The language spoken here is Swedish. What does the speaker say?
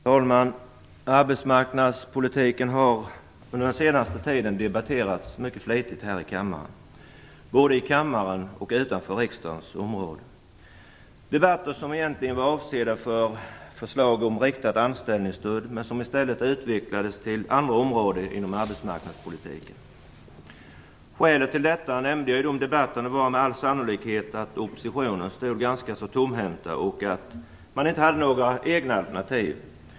Fru talman! Arbetsmarknadspolitiken har under den senaste tiden debatterats mycket flitigt här i kammaren. Den har också debatterats utanför riksdagen. Debatterna skulle egentligen ha handlat om förslaget om ett riktat anställningsstöd, men de utvecklades i stället till att gälla andra områden inom arbetsmarknadspolitiken. Skälet till detta, vilket jag nämnde i debatterna, är med all sannolikhet att oppositionen stod ganska tomhänt utan något eget alternativ.